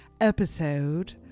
episode